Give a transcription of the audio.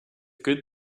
good